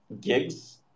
gigs